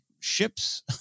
Ships